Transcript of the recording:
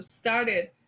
started